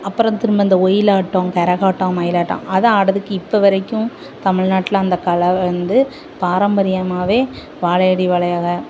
அப்புறம் திரும்ப இந்த ஒயிலாட்டம் கரகாட்டம் மயிலாட்டம் அதை ஆடுறதுக்கு இப்போ வரைக்கும் தமிழ்நாட்டில் அந்த கலை வந்து பாரம்பரியமாகவே வாழையடி வாழையாக